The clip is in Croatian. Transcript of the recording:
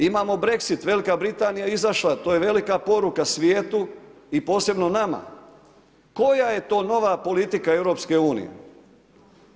Imamo Brexit, Velika Britanija je izašla, to je velika poruka svijetu i posebno nama koja je to nova politika EU-a.